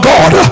God